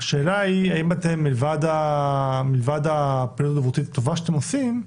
השאלה היא האם אתם, מלבד העבודה הטובה שאתם עושים,